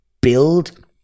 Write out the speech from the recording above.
build